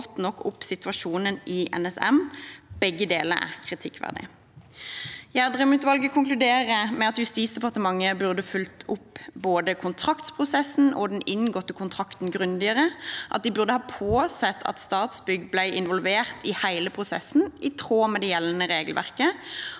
nok opp situasjonen i NSM. Begge deler er kritikkverdig.» Gjedrem-utvalget konkluderer med at Justisdepartementet burde fulgt opp både kontraktsprosessen og den inngåtte kontrakten grundigere, at de burde ha påsett at Statsbygg ble involvert i hele prosessen i tråd med det gjeldende regelverket,